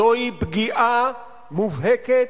זוהי פגיעה מובהקת,